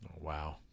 Wow